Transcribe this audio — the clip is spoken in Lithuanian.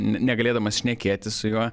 negalėdamas šnekėtis su juo